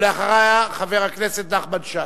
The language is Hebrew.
ואחריה, חבר הכנסת נחמן שי.